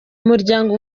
muryango